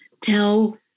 Tell